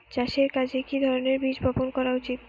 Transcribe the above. চাষের কাজে কি ধরনের বীজ বপন করা উচিৎ?